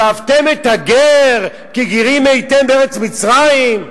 ואהבתם את הגר כי גרים הייתם בארץ מצרים,